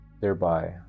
thereby